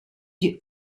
die